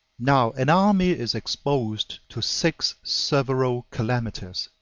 now an army is exposed to six several calamities,